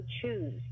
choose